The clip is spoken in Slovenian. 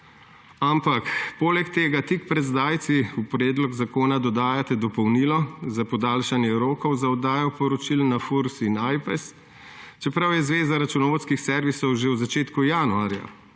Ampak poleg tega tik pred zdajci v predlog zakona dodajate dopolnilo za podaljšanje rokov za oddajo poročil na Furs in Ajpes, čeprav je Zveza računovodskih servisov že v začetku januarja